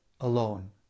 alone